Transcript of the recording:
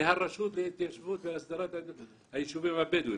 זה הרשות להתיישבות והסדרת היישובים הבדואים.